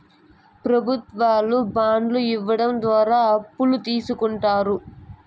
ప్రభుత్వాలు బాండ్లు ఇవ్వడం ద్వారా అప్పులు తీస్కుంటారు